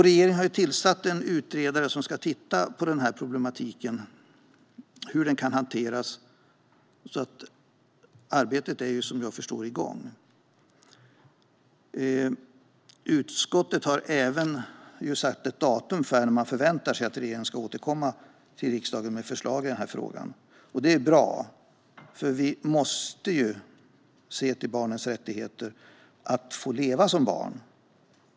Regeringen har tillsatt en utredare som ska titta på hur den här problematiken kan hanteras, så arbetet är som jag förstår det igång. Utskottet har även satt ett datum för när man förväntar sig att regeringen ska återkomma till riksdagen med förslag i den här frågan. Det är bra, för vi måste se till barnens rättigheter att få leva som barn.